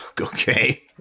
Okay